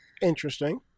Interesting